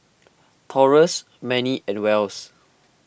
Taurus Mannie and Wells